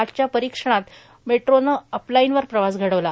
कालच्या परिक्षणात मेट्रोनं अप लाईनवर प्रवास घडवला